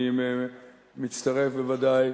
אני מצטרף בוודאי